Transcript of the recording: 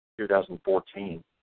2014